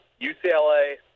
UCLA –